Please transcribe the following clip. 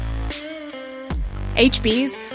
HB's